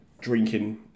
drinking